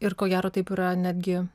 ir ko gero taip yra netgi